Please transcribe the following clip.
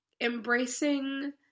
embracing